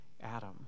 Adam